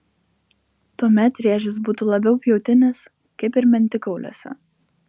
tuomet rėžis būtų labiau pjautinis kaip ir mentikauliuose